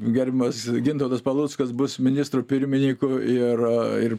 gerbiamas gintautas paluckas bus ministru pirmininku ir ir